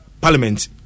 Parliament